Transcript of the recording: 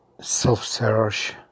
self-search